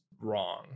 wrong